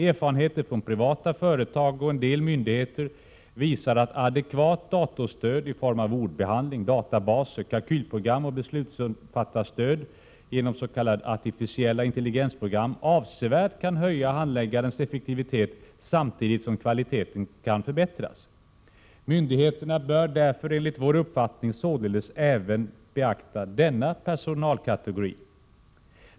Erfarenheter från privata företag och en del myndigheter visar att adekvat datorstöd i form av ordbehandling, databaser, kalkylprogram och beslutsfattarstöd genom s.k. artificiella intelligensprogram avsevärt kan höja handläggarens effektivitet samtidigt som kvaliteten kan förbättras. Myndigheterna bör därför enligt vår uppfattning även beakta denna personalkategori.